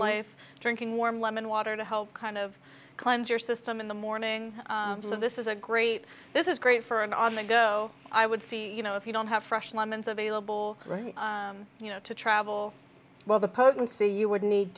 life drinking warm lemon water to help kind of cleanse your system in the morning so this is a great this is great for and on the go i would see you know if you don't have fresh lemons available right you know to travel well the potency you would need